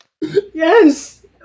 Yes